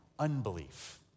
Unbelief